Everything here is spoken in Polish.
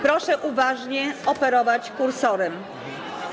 Proszę uważnie operować kursorem.